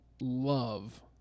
love